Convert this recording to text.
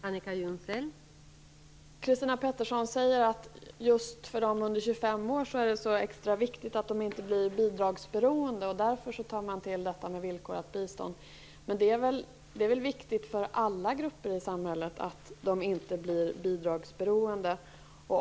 Fru talman! Christina Pettersson säger att det för dem under 25 år är extra viktigt att inte bli bidragsberoende och att man därför tar till detta med villkorat bistånd. Men det är väl viktigt för alla grupper i samhället att inte bli bidragsberoende.